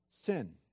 sin